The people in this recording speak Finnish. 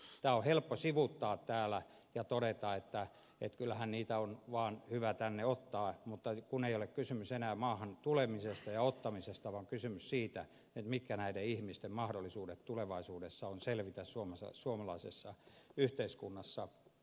tämä on helppo sivuuttaa täällä ja todeta että kyllähän niitä on vaan hyvä tänne ottaa mutta kun ei ole kysymys enää maahan tulemisesta ja ottamisesta vaan kysymys siitä mitkä näiden ihmisten mahdollisuudet tulevaisuudessa on selvitä suomalaisessa yhteiskunnassa